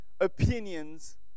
opinions